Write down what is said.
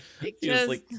Because-